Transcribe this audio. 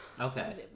Okay